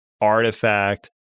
artifact